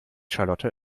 charlotte